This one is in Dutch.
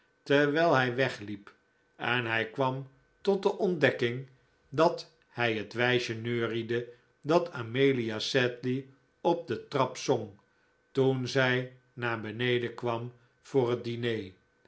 terwijl hij wegliep en hij kwam tot de ontdekking dat hij het wijsje neuriede dat amelia sedley op de trap zong toen zij naar beneden kwam voor het diner